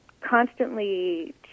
constantly